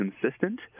consistent